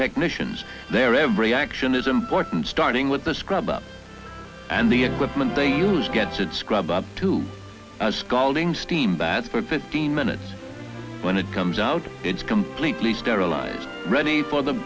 technicians their every action is important starting with the scrub up and the equipment they use gets it scrub up to scalding steam bath for fifteen minutes when it comes out it's completely sterilized ready for the